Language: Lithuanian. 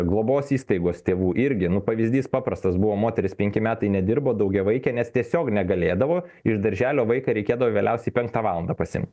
globos įstaigos tėvų irgi nu pavyzdys paprastas buvo moteris penki metai nedirbo daugiavaikė nes tiesiog negalėdavo iš darželio vaiką reikėdavo vėliausiai penktą valandą pasiim